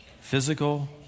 Physical